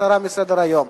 הסרה מסדר-היום.